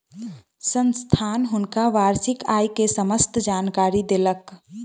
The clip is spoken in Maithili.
संस्थान हुनका वार्षिक आय के समस्त जानकारी देलक